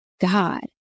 God